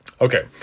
Okay